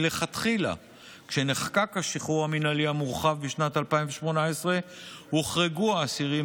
מלכתחילה כשנחקק השחרור המינהלי המורחב בשנת 2018 הוחרגו האסירים